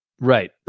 Right